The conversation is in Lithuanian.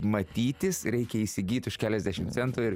matytis reikia įsigyt už keliasdešimt centų ir